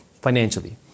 financially